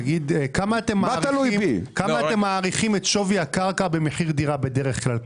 כמה אתם מעריכים את שווי הקרקע במחיר דירה בדרך-כלל?